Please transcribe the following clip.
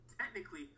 technically